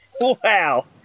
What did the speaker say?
wow